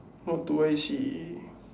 what do I see